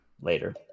later